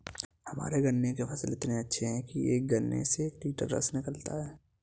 हमारे गन्ने के फसल इतने अच्छे हैं कि एक गन्ने से एक लिटर रस निकालता है